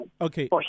Okay